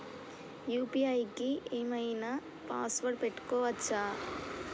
UPI కి ఏం ఐనా పాస్వర్డ్ పెట్టుకోవచ్చా?